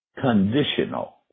conditional